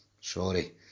Sorry